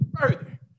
further